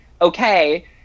okay